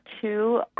two